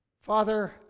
Father